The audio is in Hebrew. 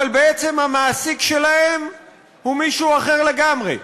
אבל בעצם המעסיק שלהם הוא מישהו אחר לגמרי.